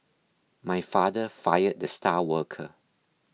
my father fired the star worker